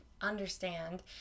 understand